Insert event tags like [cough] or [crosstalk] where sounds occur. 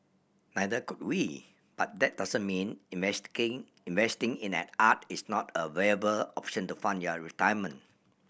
neither could we but that doesn't mean [unintelligible] investing in an art is not a viable option to fund your retirement